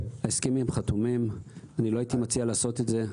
ההסכמים חתומים, אני לא הייתי מציע לעשות את זה.